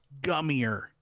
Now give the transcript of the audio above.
gummier